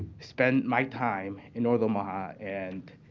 spend my time in north omaha and